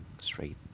straight